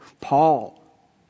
Paul